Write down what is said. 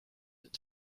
and